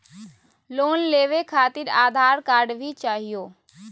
Loan लेवे खातिरआधार card भी चाहियो?